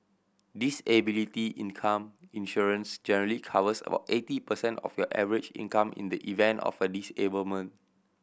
disability income insurance generally covers about eighty percent of your average income in the event of a disablement